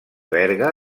berga